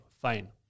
Fine